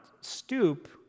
stoop